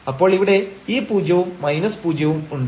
അപ്പോൾ ഇവിടെ ഈ പൂജ്യവും മൈനസ് പൂജ്യവും ഉണ്ട്